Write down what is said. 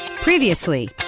Previously